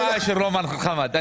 איזה השפעה של רומן על חמד.